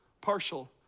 partial